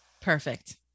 Perfect